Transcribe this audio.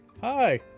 Hi